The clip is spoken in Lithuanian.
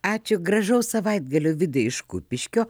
ačiū gražaus savaitgalio vidai iš kupiškio